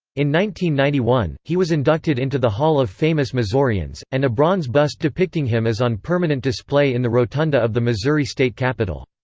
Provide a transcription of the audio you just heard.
ninety ninety one, he was inducted into the hall of famous missourians, and a bronze bust depicting him is on permanent display in the rotunda of the missouri state capitol.